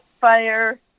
fire